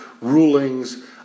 rulings